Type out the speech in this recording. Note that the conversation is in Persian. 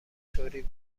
طوری